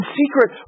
secret